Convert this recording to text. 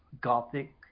gothic